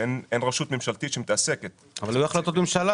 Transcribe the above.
אין רשות ממשלתית שמתעסקת ספציפית --- אבל היו החלטות ממשלה